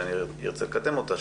שאני ארצה לקדם אותה.